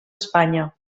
espanya